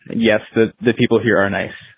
yes. the the people here are nice.